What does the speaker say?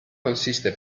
consiste